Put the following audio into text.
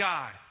God